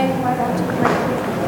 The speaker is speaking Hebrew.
11 נתקבלו.